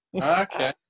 Okay